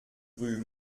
rue